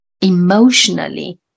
emotionally